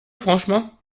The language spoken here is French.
franchement